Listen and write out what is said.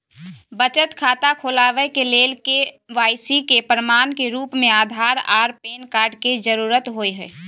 बचत खाता खोलाबय के लेल के.वाइ.सी के प्रमाण के रूप में आधार आर पैन कार्ड के जरुरत होय हय